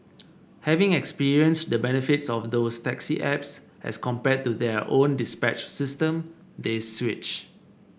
having experienced the benefits of those taxi apps as compared to their own dispatch system they switch